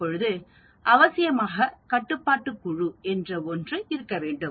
அப்பொழுது அவசியமாக கட்டுப்பாட்டு குழு என்று ஒன்று இருக்க வேண்டும்